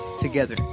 together